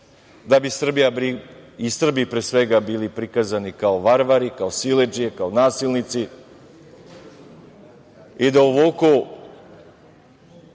da bi Srbija i Srbi, pre svega, bili prikazani kao varvari, kao siledžije, kao nasilnici i da uvuku